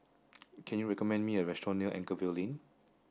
can you recommend me a restaurant near Anchorvale Lane